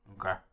Okay